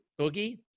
boogie